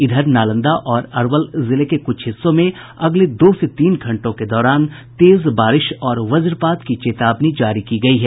इधर नालंदा और अरवल जिले के कुछ हिस्सों में अगले दो से तीन घंटों के दौरान तेज बारिश और वजपात की चेतावनी जारी की गयी है